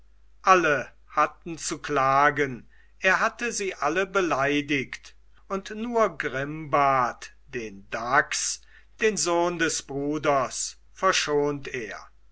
alle hatten zu klagen er hatte sie alle beleidigt und nur grimbart den dachs den sohn des bruders verschont er